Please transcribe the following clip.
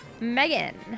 Megan